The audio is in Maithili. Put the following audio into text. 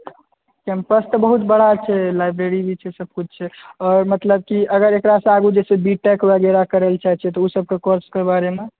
कैम्पस तऽ बहुत बड़ा छै लाइब्रेरी भी छै सभकिछु छै आओर मतलब कि अगर एकरासँ आगू जे छै बी टेक बगैरह करै लए चाहै छियै तऽ ओ सभ कोर्सके बारेमे